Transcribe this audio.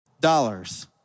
Dollars